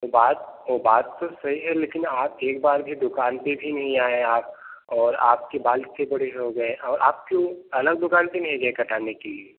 बात वो बात तो सही है लेकिन आप एक बार भी दुकान पर भी नहीं आए आप और आपके बाल इतने बड़े हो गए और आप क्योँ अलग दुकान पर नहीं गए कटाने की